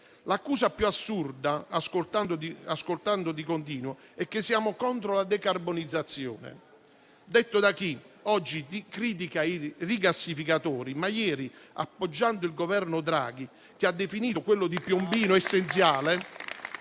L'accusa più assurda, ascoltata di continuo, è che saremmo contro la decarbonizzazione: detto da chi oggi critica i rigassificatori, ma ieri appoggiava il Governo Draghi, che ha definito quello di Piombino essenziale